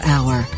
Hour